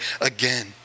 again